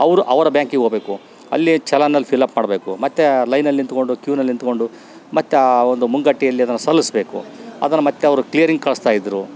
ಅವರು ಅವರ ಬ್ಯಾಂಕಿಗೆ ಹೋಗ್ಬೇಕು ಅಲ್ಲಿ ಚಲನಲ್ಲಿ ಫಿಲಪ್ ಮಾಡ್ಬೇಕು ಮತ್ತು ಲೈನಲ್ಲಿ ನಿಂತ್ಕೊಂಡು ಕ್ಯೂನಲ್ಲಿ ನಿಂತ್ಕೊಂಡು ಮತ್ತು ಆ ಒಂದು ಮುಂಗಟ್ಟೆಯಲ್ಲಿ ಅದನ್ನು ಸಲ್ಲಿಸ್ಬೇಕು ಅದನ್ನು ಮತ್ತು ಅವರು ಕ್ಲಿಯರಿಂಗ್ ಕಳಿಸ್ತಾಯಿದ್ರು